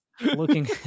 Looking